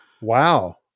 Wow